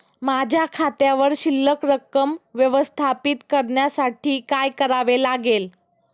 माझ्या खात्यावर शिल्लक रक्कम व्यवस्थापित करण्यासाठी काय करावे लागेल?